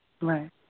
right